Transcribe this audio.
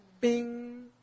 bing